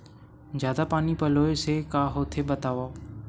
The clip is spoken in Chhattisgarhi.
जादा पानी पलोय से का होथे बतावव?